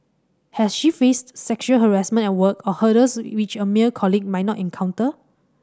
has she faced sexual harassment at work or hurdles which a male colleague might not encounter